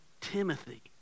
Timothy